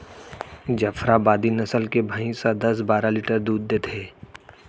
जफराबादी नसल के भईंस ह दस बारा लीटर दूद देथे